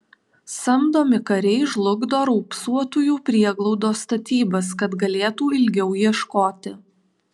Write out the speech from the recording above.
samdomi kariai žlugdo raupsuotųjų prieglaudos statybas kad galėtų ilgiau ieškoti